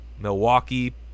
Milwaukee